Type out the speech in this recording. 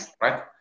right